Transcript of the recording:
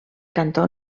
cantó